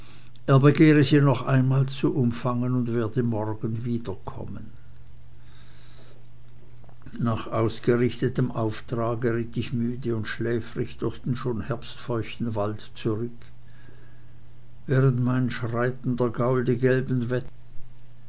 begehre sie noch einmal zu umfangen und werde morgen wiederkommen nach ausgerichtetem auftrage ritt ich müde und schläfrig durch den schon herbstfeuchten wald zurück während mein schreitender gaul die gelben